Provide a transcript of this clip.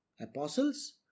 apostles